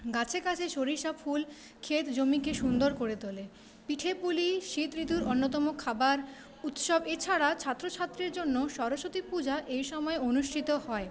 গাছে গাছে সরিষা ফুল ক্ষেত জমিকে সুন্দর করে তোলে পিঠে পুলি শীত ঋতুর অন্যতম খাবার উৎসব এছাড়া ছাত্র ছাত্রীর জন্য সরস্বতী পূজা এই সময় অনুষ্ঠিত হয়